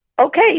Okay